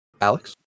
Alex